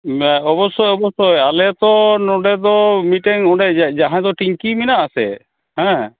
ᱢᱮ ᱚᱵᱚᱥᱥᱳᱭ ᱚᱵᱚᱥᱥᱳᱭ ᱟᱞᱮᱛᱚ ᱱᱚᱸᱰᱮ ᱫᱚ ᱢᱤᱫᱴᱮᱱ ᱚᱸᱰᱮ ᱡᱟᱦᱟᱸ ᱫᱚ ᱴᱤᱝᱠᱤ ᱢᱮᱱᱟᱜ ᱟᱥᱮ ᱦᱮᱸ